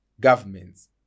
governments